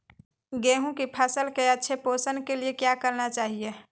गेंहू की फसल के अच्छे पोषण के लिए क्या करना चाहिए?